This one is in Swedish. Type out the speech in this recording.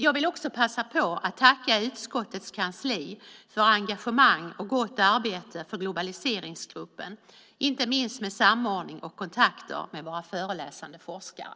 Jag vill passa på att tacka utskottets kansli för engagemang och gott arbete för globaliseringsgruppen, inte minst med samordning och kontakter med våra föreläsande forskare.